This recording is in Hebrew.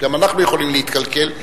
גם אנחנו יכולים להתקלקל.